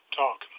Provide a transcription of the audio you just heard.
talk